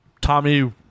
Tommy